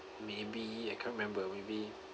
maybe I can't remember maybe